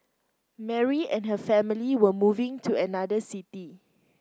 Mary and her family were moving to another city